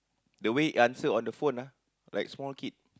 the way he answer on the phone ah like small kid